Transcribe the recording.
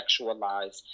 sexualized